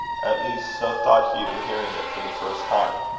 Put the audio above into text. at least so thought hugh, hearing it for the first time.